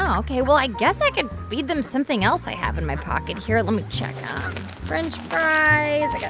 ok. well, i guess i can feed them something else i have in my pocket here. let me check french fries. like